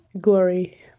glory